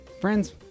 friends